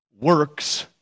Works